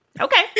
Okay